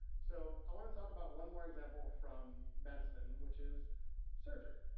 so, i wanna talk about one more example from medicine, which is surgery.